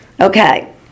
Okay